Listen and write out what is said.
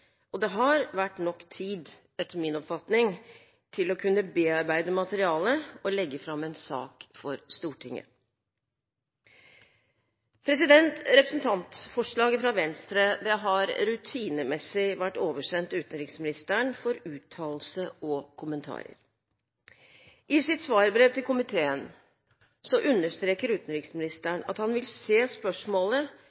Det har, etter min oppfatning, vært nok tid til å kunne bearbeide materialet og legge fram en sak for Stortinget. Representantforslaget fra Venstre har rutinemessig vært oversendt utenriksministeren for uttalelse og kommentarer. I sitt svarbrev til komiteen understreker